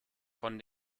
von